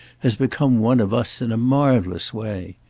has become one of us in a marvellous way.